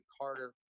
Carter